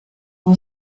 nur